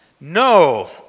No